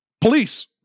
Police